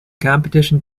competition